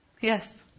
Yes